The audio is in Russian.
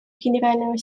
генерального